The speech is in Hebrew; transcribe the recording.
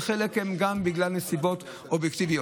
וחלק מזה הוא גם נסיבות אובייקטיביות.